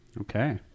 Okay